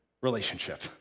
relationship